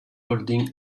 holding